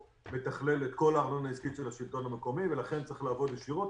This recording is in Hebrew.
מתכלל את כל הארנונה העסקית של השלטון המקומי ולכן צריך לעבוד ישירות.